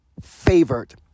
favored